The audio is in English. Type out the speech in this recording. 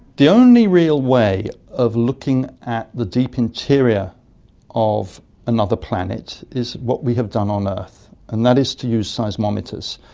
the only real way of looking at the deep interior of another planet is what we have done on earth, and that is to use seismometers.